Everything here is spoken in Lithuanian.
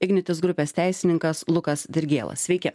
ignitis grupės teisininkas lukas dirgėla sveiki